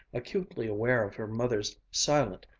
acutely aware of her mother's silent,